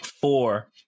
Four